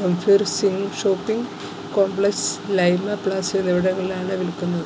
Gambhir Singh shopping complex Leima plaza എന്നിവിടങ്ങളിലാണ് വിൽക്കുന്നത്